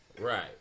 Right